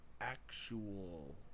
Actual